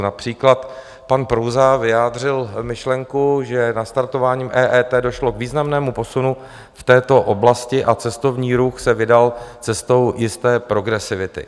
Například pan Prouza vyjádřil myšlenku, že nastartováním EET došlo k významnému posunu v této oblasti a cestovní ruch se vydal cestou jisté progresivity.